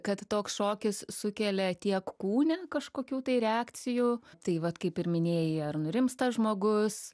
kad toks šokis sukelia tiek kūne kažkokių tai reakcijų tai vat kaip ir minėjai ar nurimsta žmogus